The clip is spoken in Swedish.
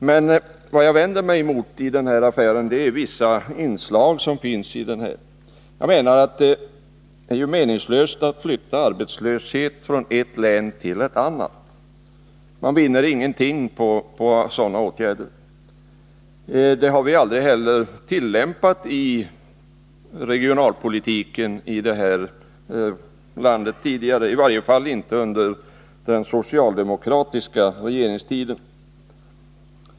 Men vad jag vänder mig mot i den här affären är vissa inslag. Jag anser att det är meningslöst att flytta arbetslöshet från ett län till ett annat. Man vinner ingenting på sådana åtgärder. Den metoden har vi heller aldrig tillämpat i regionalpolitiken här i landet tidigare, i varje fall inte under den socialdemokratiska regeringstiden.